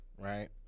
right